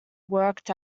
worked